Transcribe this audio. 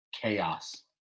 chaos